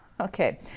okay